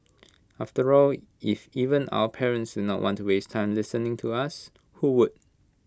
after all if even our parents do not want to waste time listening to us who would